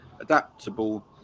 adaptable